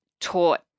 taught